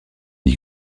dit